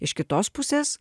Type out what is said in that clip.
iš kitos pusės